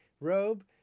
robe